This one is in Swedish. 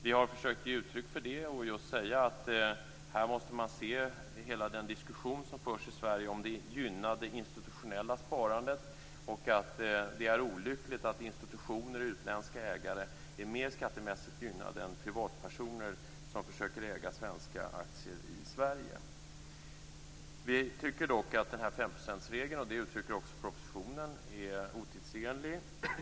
Vi har försökt att ge uttryck för detta och sagt att här måste man se hela den diskussion som förs i Sverige om ifall det gynnar det institutionella sparandet och att det är olyckligt att institutioner och utländska ägare är mer skattemässigt gynnade än privatpersoner som försöker äga svenska aktier i Sverige. Vi tycker dock att femprocentsregeln, vilket också uttrycks i propositionen, är otidsenlig.